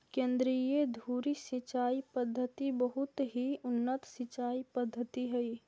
केन्द्रीय धुरी सिंचाई पद्धति बहुत ही उन्नत सिंचाई पद्धति हइ